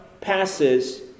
passes